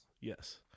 Yes